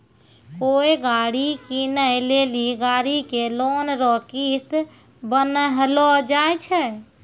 कोय गाड़ी कीनै लेली गाड़ी के लोन रो किस्त बान्हलो जाय छै